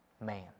man